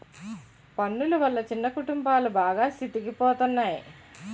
పన్నులు వల్ల చిన్న కుటుంబాలు బాగా సితికిపోతున్నాయి